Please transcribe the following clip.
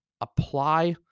apply